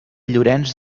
llorenç